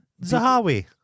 Zahawi